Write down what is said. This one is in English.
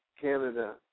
Canada